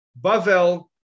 Bavel